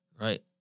right